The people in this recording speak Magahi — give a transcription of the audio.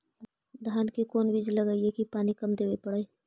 धान के कोन बिज लगईऐ कि पानी कम देवे पड़े?